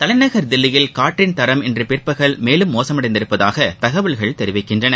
தலைநகர் தில்லியில் காற்றின் தரம் இன்று பிற்பகல் மேலும் மோசமடைந்துள்ளதாக தகவல்கள் தெரிவிக்கின்றன